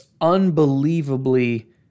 unbelievably